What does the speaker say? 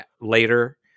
later